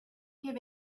give